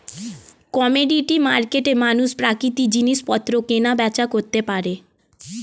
commodity মার্কেটে মানুষ প্রাকৃতিক জিনিসপত্র কেনা বেচা করতে পারে